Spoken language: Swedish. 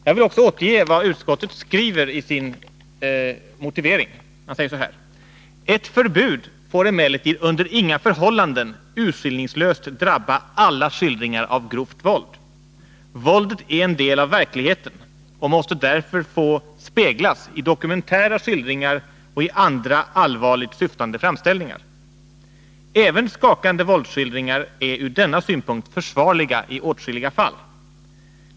Jag vill också återge vad utskottet skriver i sin motivering: ”Ett förbud får emellertid under inga förhållanden urskillningslöst drabba alla skildringar av grovt våld. Våldet är en del av verkligheten och måste därför få speglas i dokumentära skildringar och i andra allvarligt syftande framställningar. Även skakande våldsskildringar är ur denna synpunkt försvarliga i åtskilliga fall.